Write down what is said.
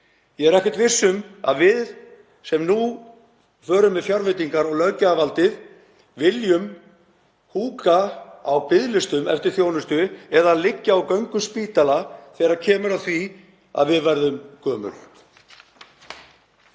Ég er ekkert viss um að við sem nú förum með fjárveitinga- og löggjafarvaldið viljum húka á biðlistum eftir þjónustu eða liggja á göngum spítala þegar kemur að því að við verðum gömul.